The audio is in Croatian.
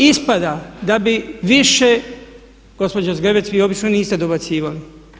I ispada da bi više … [[Upadica se ne razumije.]] Gospođo Zgrebec, vi obično niste dobacivali.